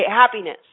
happiness